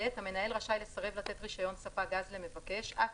המנהל רשאי לסרב לתת רישיון ספק גז למבקש אף